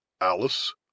Alice